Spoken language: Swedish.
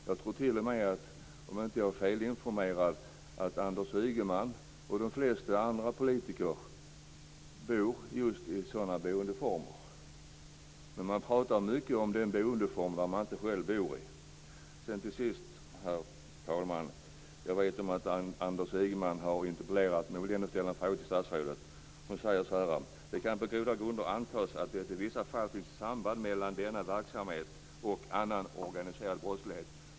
Jag tror t.o.m., om jag inte är felinformerad, att Anders Ygeman och de flesta andra politiker bor just i sådana boendeformer. Men man pratar mycket om den boendeform man inte själv bor i. Till sist, herr talman, vet jag att det är Anders Ygeman som har interpellerat, men jag vill ändå ställa en fråga till statsrådet. Hon säger: "Det kan på goda grunder antas att det i vissa fall finns ett samband mellan den här verksamheten och annan organiserad brottslighet."